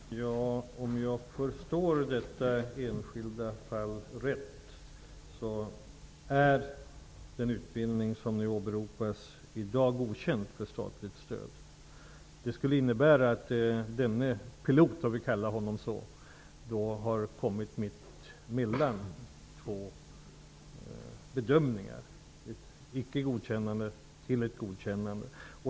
Fru talman! Om jag har förstått detta enskilda fall rätt, är den utbildning som nu åberopas okänd för statligt stöd. Det skulle innebära att denna pilot -- om vi kallar honom så -- har kommit mitt emellan två bedömningar, ett icke-godkännande till ett godkännande.